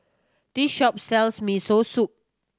this shop sells Miso Soup